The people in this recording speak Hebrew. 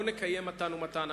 לא נקיים מתן-ומתן,